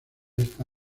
esta